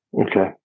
Okay